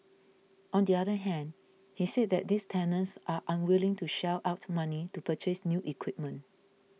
on the other hand he said that these tenants are unwilling to shell out money to purchase new equipment